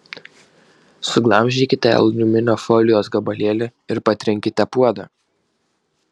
suglamžykite aliuminio folijos gabalėlį ir patrinkite puodą